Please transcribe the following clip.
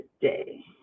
today